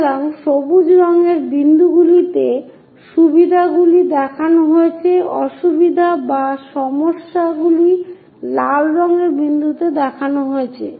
সুতরাং সবুজ রঙের বিন্দুগুলিতে সুবিধাগুলি দেখানো হয়েছে অসুবিধা বা সমস্যাগুলি লাল রঙের বিন্দুতে দেখানো হয়েছে